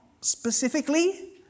specifically